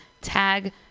tag